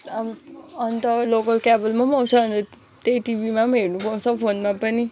अन्त अन्त लोकल केबलमा पनि आउँछ भनेर त्यही टिभीमा पनि हेर्नु पाउँछ फोनमा पनि